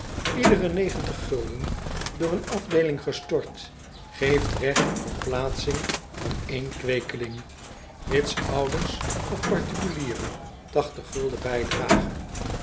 door een afdeeling gestort geeft regt op plaatsing van één kweekeling mits ouders of particulieren tachtig bijdragen